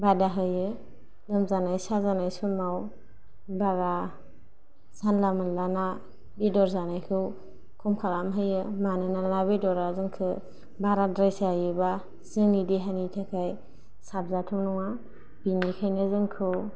बादा होयो लोमजानाय साजानाय समाव माबा जानला मोनला ना बेदर जानायखौ खम खालामहोयो मानोना ना बेदरआ जोंखौ बाराद्राय जायोब्ला जोंनि देहानि थाखाय साबजाथाव नङा बेनिखायनो जोंखौ